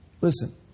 Listen